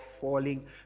falling